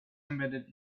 embedded